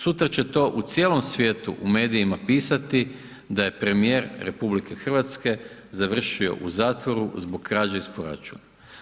Sutra će to u cijelom svijetu u medijima pisati da je premijer RH završio u zatvoru zbog krađe iz proračuna.